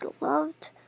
loved